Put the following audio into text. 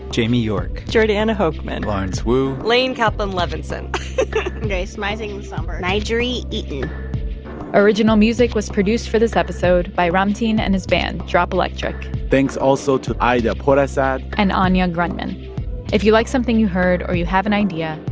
jamie york jordana hochman lawrence wu laine kaplan-levenson ok. smizing and somber n'jeri eaton original music was produced for this episode by ramtin and his band, drop electric thanks also to ayda pourasad and anya grundmann if you like something you heard or you have an idea,